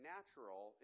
Natural